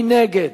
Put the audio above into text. מי נגד?